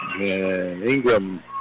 Ingram